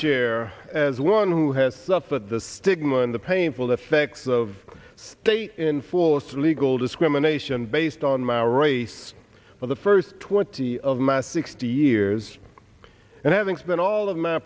chair as one who has suffered the stigma and the painful effects of state in fullest legal discrimination based on my race for the first twenty of mass sixty years and having spent all of my